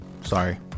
Sorry